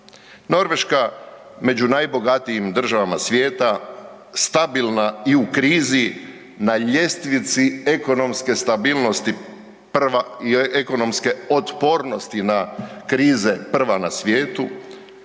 Norveška među najbogatijim državama svijeta, stabilna i u krizi, na ljestvici ekonomske stabilnosti prva i ekonomske otpornosti na krize prva na svijetu.